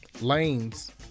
lanes